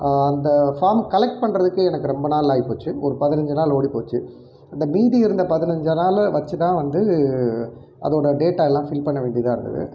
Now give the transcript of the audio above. அந்த form collect பண்ணுறதுக்கு எனக்கு ரொம்ப நாள் ஆயிப்போச்சு ஒரு பதினஞ்சு நாள் ஓடிப்போச்சு அந்த மீதி இருந்த பதினஞ்சு நாளை வச்சு தான் வந்து அதோடய டேட்டாவெலாம் ஃபில் பண்ண வேண்டியதாக இருந்தது